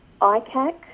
ICAC